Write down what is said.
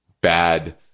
bad